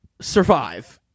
survive